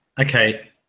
Okay